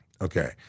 Okay